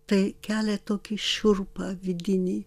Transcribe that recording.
tai kelia tokį šiurpą vidinį